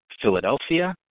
Philadelphia